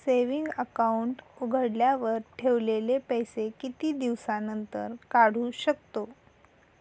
Saving account उघडल्यावर ठेवलेले पैसे किती दिवसानंतर काढू शकतो?